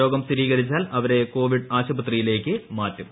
രോഗം സ്ഥിരീകരിച്ചാൽ അവരെ കോവിഡ് ആശുപത്രിയിലേക്ക് മാറ്റും